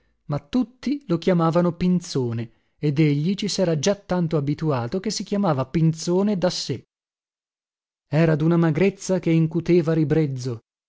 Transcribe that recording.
ma tutti lo chiamavano pinzone ed egli ci sera già tanto abituato che si chiamava pinzone da sé era duna magrezza che incuteva ribrezzo